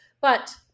But-